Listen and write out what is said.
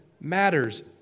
matters